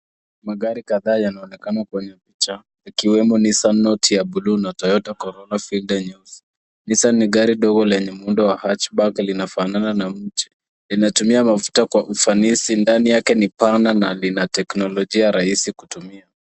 Magari kadhaa yanaonekana kwenye picha ikiwemo Nissan note ya bluu na Toyota Corolla figa nyeusi. Nissan ni gari dogo lenye muundo wa Hatchback linafanana na mti. Linatumia mafuta kwa ufanisi. Ndani yake ni pana na lina teknolojia rahisi kutumia.